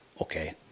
okay